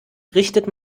richtet